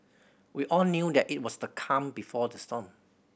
we all knew that it was the calm before the storm